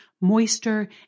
moister